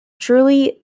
Truly